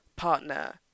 partner